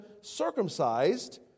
circumcised